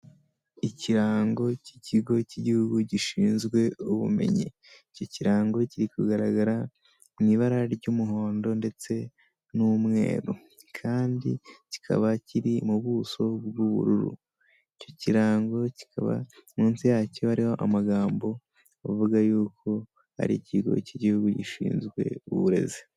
Ikirango cy'ikigo cy'igihugu gishinzwe ubumenyi iki kirango kiri kugaragara mu ibara ry'umuhondo ndetse n'umweru kandi kikaba kiri mu buso bw'ubururu icyo kirango kikaba munsi yacyo hariho amagambo avuga yuko ari ikigo cy'igihugu gishinzwe uburezi.